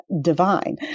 divine